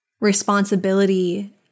responsibility